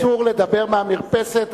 אסור לדבר מהמרפסת,